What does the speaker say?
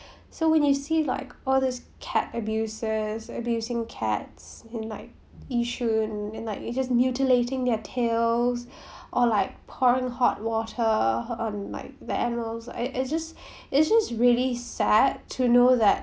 so when you see like all this cat abusers abusing cats in like yishun and like just mutilating their tails or like pouring hot water on like the animals I I just it's just really sad to know that